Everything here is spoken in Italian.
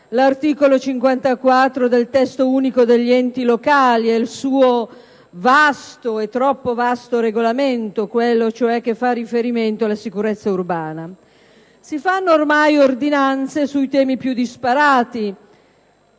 dall'articolo 54 del Testo unico degli enti locali e dal suo troppo vasto regolamento, quello cioè che fa riferimento alla sicurezza urbana. Si emanano ormai ordinanze sui temi più disparati